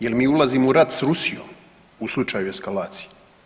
Jel mi ulazimo u rat s Rusijom u slučaju eskalacije.